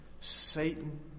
Satan